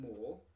more